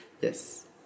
yes